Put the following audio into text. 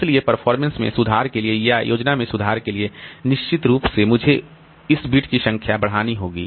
इसलिए परफॉर्मेंस में सुधार के लिए या योजना में सुधार के लिए निश्चित रूप से मुझे इस बिट की संख्या बढ़ानी होगी